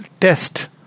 test